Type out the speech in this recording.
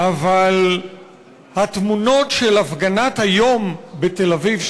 אבל התמונות של הפגנת היום בתל-אביב,